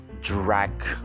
drag